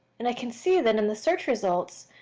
and i can see that in the search results,